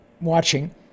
watching